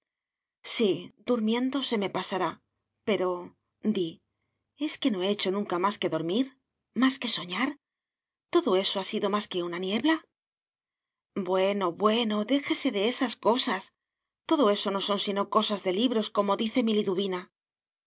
sí durmiendo se me pasará pero di es que no he hecho nunca más que dormir más que soñar todo eso ha sido más que una niebla bueno bueno déjese de esas cosas todo eso no son sino cosas de libros como dice